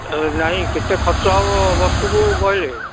ନାଇଁ କେତେ ଖର୍ଚ୍ଚ ହେବ ବର୍ଷକୁ ପଢ଼ିଲେ